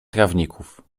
trawników